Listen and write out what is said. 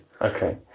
Okay